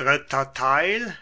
leben